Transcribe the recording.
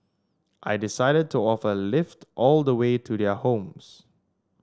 I decided to offer a lift all the way to their homes